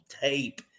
tape